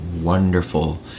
wonderful